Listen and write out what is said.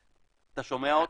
אתה שומע אותי?